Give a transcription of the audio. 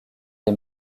les